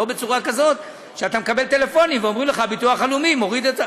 לא בצורה כזאת שאתה מקבל טלפונים ואומרים לך: הביטוח הלאומי מוריד את,